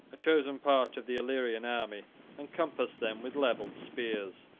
a chosen part of the illyrian army encompassed them with levelled spears.